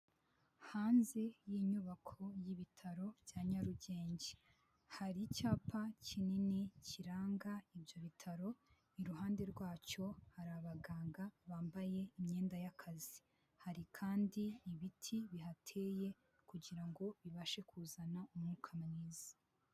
Hanze y'inyubako y'ibitaro bya nyarugenge hari icyapa kinini kiranga ibyo bitaro. Iruhande rwacyo hari abaganga bambaye imyenda y'akazi hari kandi ibiti bihateye kugira ngo bibashe kuzana umwuka mwiza.